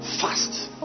fast